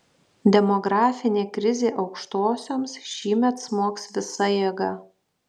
demografinė krizė aukštosioms šįmet smogs visa jėga